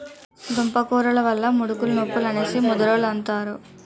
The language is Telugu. దుంపకూరలు వల్ల ముడుకులు నొప్పులు అనేసి ముదరోలంతన్నారు